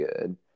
good